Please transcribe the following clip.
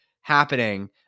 happening